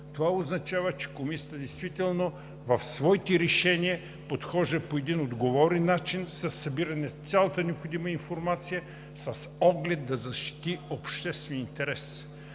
Това означава, че Комисията в своите решения подхожда по един отговорен начин със събиране на цялата необходима информация с оглед да защити обществения интерес.